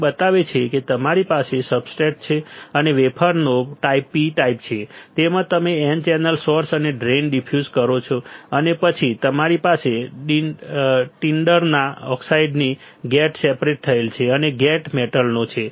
તે બતાવે છે કે તમારી પાસે સબસ્ટ્રેટ છે અને વેફરનો ટાઈપ P ટાઈપ છે તેમાં તમે n ચેનલ સોર્સ અને ડ્રેઇન ડિફ્યુઝડ કરે છે અને પછી તમારી પાસે ટિન્ડરના ઓક્સાઇડથી ગેટ સેપરેટ થયેલ છે અને ગેટ મેટલનો છે